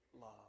love